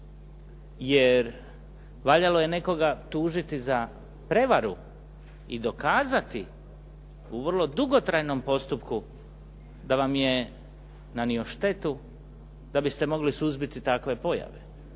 jer valjalo je nekoga tužiti za prevaru i dokazati u vrlo dugotrajnom postupku da vam je nanio štetu da biste mogli suzbiti takve pojave.